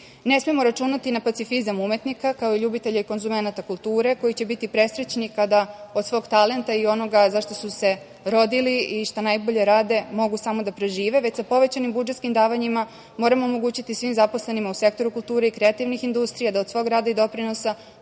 smemo računati na pacifizam umetnika kao ljubitelje i konzumenata kulture koji će biti presrećni kada od svog talenta i onoga za šta su se rodili i šta najbolje rade mogu samo da prežive, već sa povećanim budžetskim davanjima moramo omogućiti svim zaposlenima u sektoru kulture i kreativnih industrija da od svog rada i doprinosa